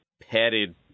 padded